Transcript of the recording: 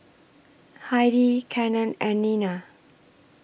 Heidi Cannon and Nina